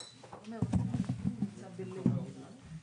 החוק לא מחייב אדם לשלם בשלב ההיתרים חובות של ארנונה,